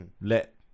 Let